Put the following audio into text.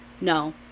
No